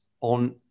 on